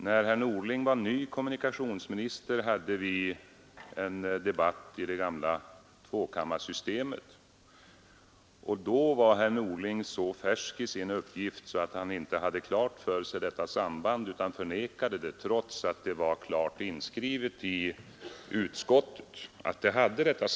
När herr Norling var ny kommunikationsminister hade vi en debatt i det gamla tvåkammarsystemet, och då var herr Norling så färsk i sin uppgift att han inte hade klart för sig detta samband utan förnekade det, trots att det då var klart inskrivet i utskottsutlåtandet.